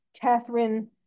Catherine